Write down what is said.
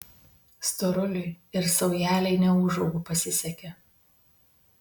storuliui ir saujelei neūžaugų pasisekė